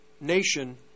nation